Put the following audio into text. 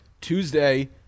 Tuesday